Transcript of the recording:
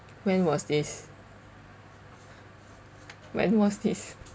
when was this when was this